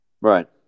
right